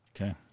Okay